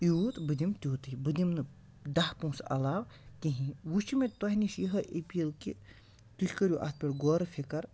یوٗت بہٕ دِمہٕ تیوٗتٕے بہٕ دِمنہٕ دَہ پونٛسہٕ علاو کِہیٖنۍ وٕ چھِ مےٚ تۄہہِ نِش یِہٕے اپیٖل کہِ تُہۍ کٔرِو اَتھ پٮ۪ٹھ غور فِکٕر